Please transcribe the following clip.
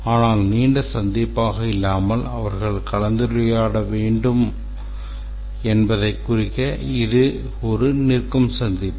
ஆனால் நீண்ட சந்திப்பாக இல்லாமல் அவர்கள் கலந்துரையாட வேண்டும் என்பதை குறிக்க இது ஒரு நிற்கும் சந்திப்பு